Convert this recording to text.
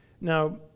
Now